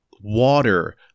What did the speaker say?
water